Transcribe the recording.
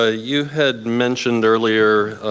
ah you had mentioned earlier,